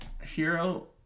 Hero